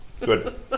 Good